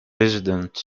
residents